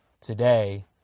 today